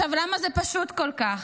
למה זה פשוט כל כך?